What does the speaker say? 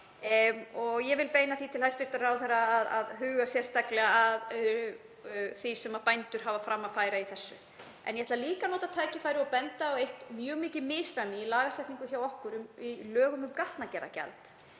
Ég vil beina því til hæstv. ráðherra að huga sérstaklega að því sem bændur hafa fram að færa í þessu. En ég ætla líka að nota tækifærið og benda á eitt mjög mikið misræmi í lagasetningu hjá okkur í lögum um gatnagerðargjald.